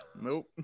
Nope